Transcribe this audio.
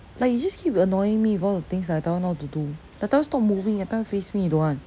like you just keep annoying me with all the things that I tell you not to do I tell you stop moving I tell you face me you don't want